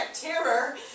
terror